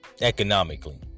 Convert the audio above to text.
Economically